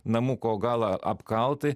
namuko galą apkalti